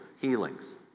healings